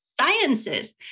Sciences